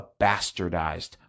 bastardized